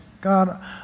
God